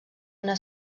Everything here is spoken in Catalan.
una